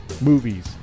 movies